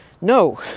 No